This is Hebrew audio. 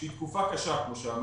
שהיא תקופה קשה כמו שאמרתי,